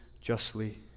justly